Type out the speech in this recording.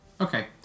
Okay